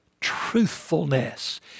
truthfulness